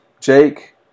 Jake